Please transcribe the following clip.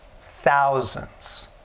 thousands